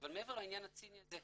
אבל מעבר לעניין הציני הזה,